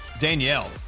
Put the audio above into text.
Danielle